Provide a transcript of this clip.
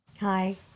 Hi